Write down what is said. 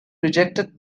rejected